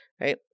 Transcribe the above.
right